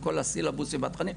עם כל הסילבוסים והתכנים,